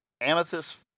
Amethyst